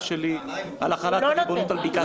שלי על החלת הריבונות על בקעת הירדן.